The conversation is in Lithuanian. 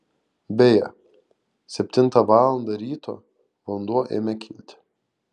beje septintą valandą ryto vanduo ėmė kilti